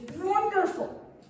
wonderful